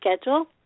schedule